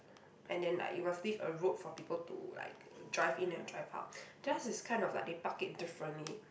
and then like you must leave a road for people to like drive in and drive out theirs is kind of like they park it differently